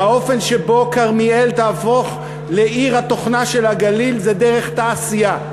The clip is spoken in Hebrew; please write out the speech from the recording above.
והאופן שבו כרמיאל תהפוך לעיר התוכנה של הגליל זה דרך תעשייה,